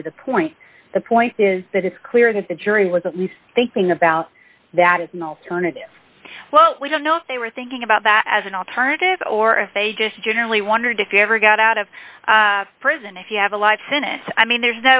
really the point the point is that it's clear that the jury was at least thinking about that as an alternative well we don't know if they were thinking about that as an alternative or if they just generally wondered if you ever got out of prison if you have a lot of sin and i mean there's